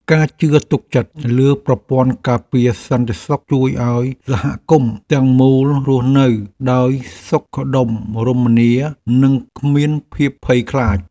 ការជឿទុកចិត្តលើប្រព័ន្ធការពារសន្តិសុខជួយឱ្យសហគមន៍ទាំងមូលរស់នៅដោយសុខដុមរមនានិងគ្មានភាពភ័យខ្លាច។